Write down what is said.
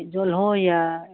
जोलहो यऽ